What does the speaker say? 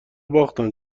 باختن